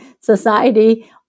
society